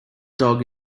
dog